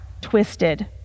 twisted